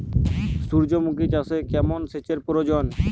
সূর্যমুখি চাষে কেমন সেচের প্রয়োজন?